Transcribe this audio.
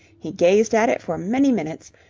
he gazed at it for many minutes,